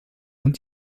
und